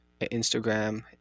Instagram